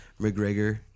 McGregor